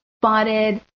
spotted